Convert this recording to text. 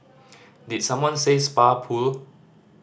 did someone say spa pool